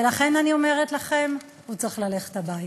ולכן אני אומרת לכם, הוא צריך ללכת הביתה.